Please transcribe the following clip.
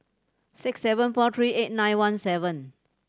six seven four three eight nine one seven